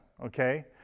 okay